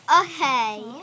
Okay